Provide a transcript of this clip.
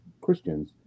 Christians